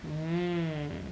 mm